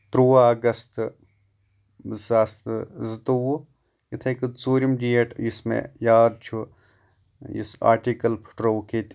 تُروٛواہ August زٕساس تہٕ زٕتوٚوُہ یِتٕھے کٲٹھۍ ژوٗرِم ڈیٹ یُس مے یاد چُھ یُس آرٹِکَل پھٹرووُکھ ییٚتہِ